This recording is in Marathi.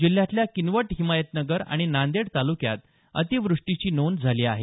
जिल्ह्यातल्या किनवट हिमायतनगर आणि नांदेड ताल्क्यात अतिवृष्टीची नोंद झाली आहे